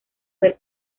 del